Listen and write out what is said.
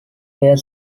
were